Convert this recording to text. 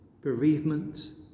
bereavement